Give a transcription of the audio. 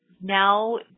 now